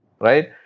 right